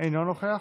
אינו נוכח,